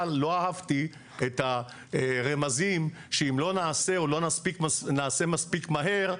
אבל לא אהבתי את הרמזים שאם לא נעשה או לא נעשה מספיק מהר,